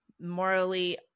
morally